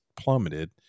plummeted